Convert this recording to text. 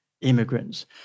immigrants